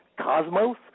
cosmos